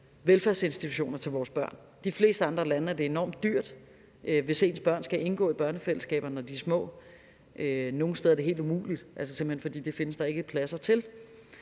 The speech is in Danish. velfærdsinstitutioner til vores børn. I de fleste andre lande er det enormt dyrt, hvis ens børn skal indgå i børnefællesskaber, når de er små. Nogle steder er det helt umuligt, altså simpelt hen fordi der ikke findes pladser til